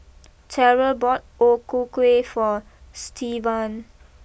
Terrell bought O Ku Kueh for Stevan